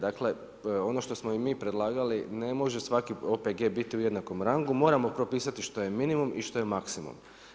Dakle, ono što smo i mi predlagali ne može svaki OPG biti u jednakom rangu, moramo propisati što je minimum i što je maksimum.